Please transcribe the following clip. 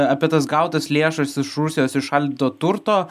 apie tas gautas lėšas iš rusijos įšaldyto turto